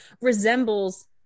resembles